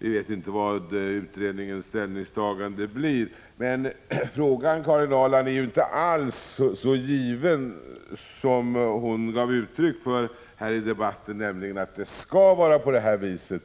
Vi vet inte vad utredningens ställningstagande blir, men utgången är inte alls så given som Karin Ahrland gav uttryck för, nämligen att det skall vara på det viset